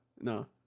No